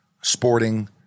sporting